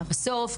בסוף,